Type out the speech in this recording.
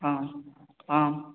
ஆ ஆ